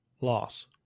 Loss